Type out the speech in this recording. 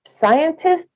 scientists